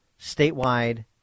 statewide